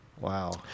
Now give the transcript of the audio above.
Wow